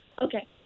Okay